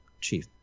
Chief